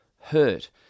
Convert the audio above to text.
hurt